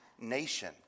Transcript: nation